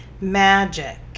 Magic